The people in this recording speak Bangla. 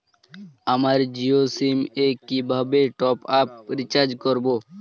আমার জিও সিম এ কিভাবে টপ আপ রিচার্জ করবো?